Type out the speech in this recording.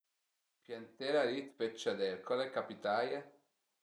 Piantela li d'fe dë chadel. Co al e capitaie?